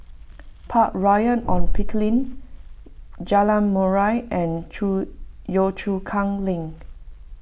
Park Royal on Pickering Jalan Murai and Chu Yio Chu Kang Link